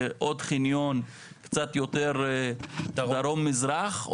ועוד חניון קצת בדרום מזרח,